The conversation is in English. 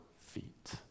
feet